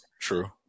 True